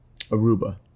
Aruba